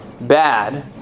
bad